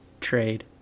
Trade